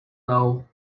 low